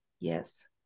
Yes